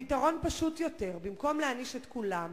הפתרון פשוט יותר: במקום להעניש את כולם